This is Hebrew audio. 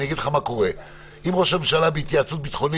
אני אגיד לך מה קורה: אם ראש הממשלה בהתייעצות ביטחונית,